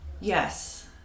Yes